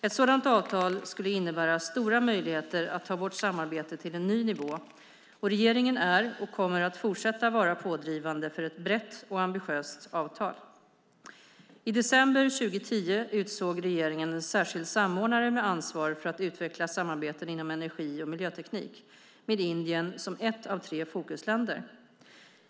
Ett sådant avtal skulle innebära stora möjligheter att ta vårt samarbete till en ny nivå, och regeringen är och kommer att fortsätta vara pådrivande för ett brett och ambitiöst avtal. I december 2010 utsåg regeringen en särskild samordnare med ansvar för att utveckla samarbeten inom energi och miljöteknik med Indien som ett av tre fokusländer.